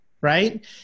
right